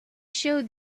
show